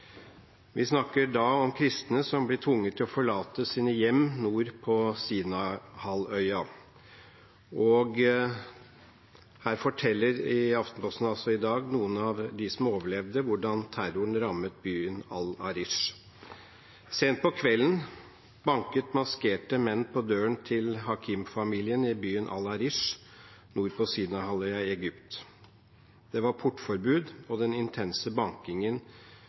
Vi snakker om kristne som blir tvunget til å forlate sine hjem nord på Sinaihalvøya. I Aftenposten i dag forteller noen av dem som overlevde, hvordan terroren rammet byen Al-Arish. «Sent på kvelden banket maskerte menn på døren til Hakim-familien i byen Al-Arish, nord på Sinaihalvøya i Egypt. Det var portforbud og den intense bankingen